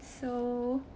so